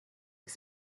his